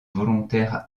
volontaires